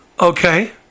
Okay